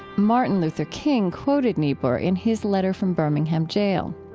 martin luther king quoted niebuhr in his letter from birmingham jail.